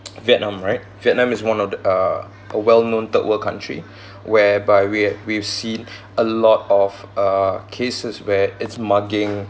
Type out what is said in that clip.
vietnam right vietnam is one of the uh a well known third world country whereby we've we've seen a lot of uh cases where it's mugging